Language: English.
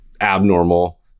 abnormal